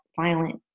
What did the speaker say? violent